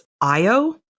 Io